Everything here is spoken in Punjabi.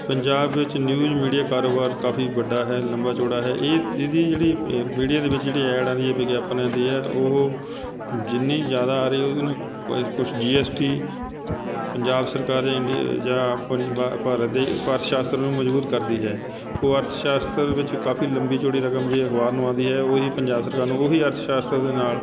ਪੰਜਾਬ ਵਿੱਚ ਨਿਊਜ਼ ਮੀਡੀਆ ਕਾਰੋਬਾਰ ਕਾਫੀ ਵੱਡਾ ਹੈ ਲੰਬਾ ਚੋੜਾ ਹੈ ਇਹ ਇਹਦੀ ਜਿਹੜੀ ਅ ਮੀਡੀਆ ਦੇ ਵਿੱਚ ਜਿਹੜੀ ਐਡ ਆਉਂਦੀ ਹੈ ਵਿਗਿਆਪਨਾਂ ਦੀਆਂ ਉਹ ਜਿੰਨੀ ਜ਼ਿਆਦਾ ਆ ਰਹੀ ਹੈ ਉਹਦੇ ਨੂੰ ਪ ਕੁਛ ਜੀ ਐਸ ਟੀ ਪੰਜਾਬ ਸਰਕਾਰ ਜਾਂ ਇੰਡੀ ਜਾਂ ਪਾ ਭਾਰਤ ਦੇ ਪ੍ਰਸਾਸ਼ਨ ਨੂੰ ਮਜ਼ਬੂਤ ਕਰਦੀ ਹੈ ਉਹ ਅਰਥਸ਼ਾਸ਼ਤਰ ਵਿੱਚ ਕਾਫੀ ਲੰਬੀ ਚੋੜੀ ਰਕਮ ਜੇ ਅਖ਼ਬਾਰ ਨੂੰ ਆਉਂਦੀ ਹੈ ਉਹੀ ਪੰਜਾਬ ਸਰਕਾਰ ਨੂੰ ਉਹੀ ਅਰਥਸ਼ਾਸ਼ਤਰ ਦੇ ਨਾਲ